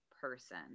person